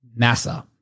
NASA